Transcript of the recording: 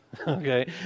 Okay